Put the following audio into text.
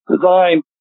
design